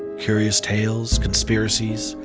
curious tales, conspiracies,